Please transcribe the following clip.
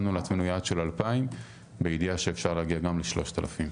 שמנו לעצמנו יעד של 2,000 בידיעה שאפשר להגיע גם ל-3,000.